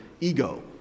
ego